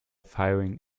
firing